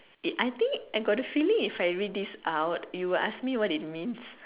it I think I got a feeling if I read this out you would ask me what it means